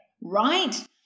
right